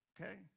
okay